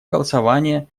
голосование